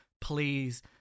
please